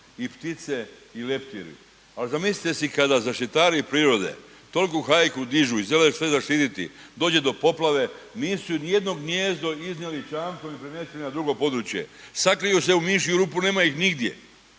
i ptice i leptiri. Ali zamislite si kada zaštitari prirode toliku hajku dižu i žele sve zaštiti dođe do poplave, nisu ni jedno gnijezdo iznijeli čamcem i premjestili na drugo područje, sakriju se u mišju rupu, nema ih nigdje.